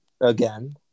again